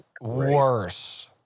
worse